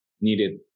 needed